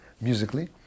musically